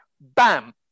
bam